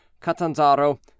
Catanzaro